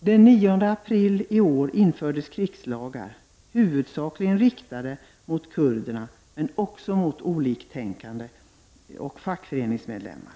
Den 9 april i år infördes krigslagar, huvudsakligen riktade mot kurderna men också mot oliktänkande och fackföreningsmedlemmar.